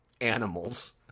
animals